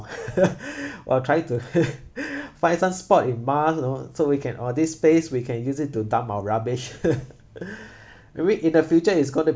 we're trying to buy some spot in mars so we can oh this space we can use it to dump our rubbish and we in the future is gonna